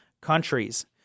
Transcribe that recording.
countries